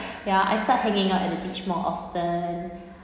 ya I felt hanging out at the beach more often